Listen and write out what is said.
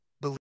believe